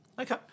Okay